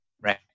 right